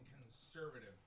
conservative